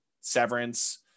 Severance